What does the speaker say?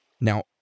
Now